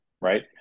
Right